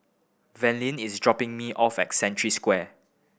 Verlyn is dropping me off at Century Square